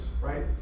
right